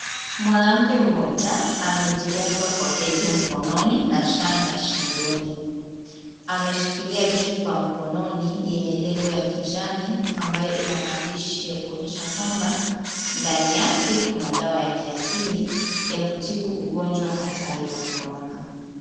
Mwanamke mmoja, amejiremba kwa pete mkononi na shanga shingoni. Ameshikilia chupa mkononi, yenye lebo ya kijani ambayo ina maandishi ya kuonyesha kwamba ndani yake kuna dawa ya kiasili ya kutibu ugonjwa hatari wa korona.